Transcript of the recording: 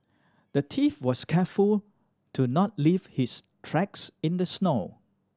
the thief was careful to not leave his tracks in the snow